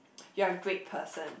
you are a great person